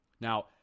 now